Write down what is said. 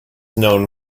known